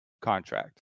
contract